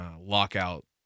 lockout